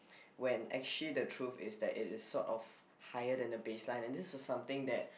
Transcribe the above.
when actually the truth is that it is sort of higher than the baseline and this is something that